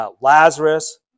Lazarus